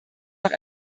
noch